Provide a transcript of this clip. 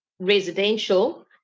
residential